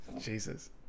Jesus